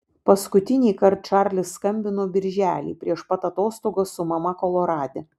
paskutinįkart čarlis skambino birželį prieš pat atostogas su mama kolorade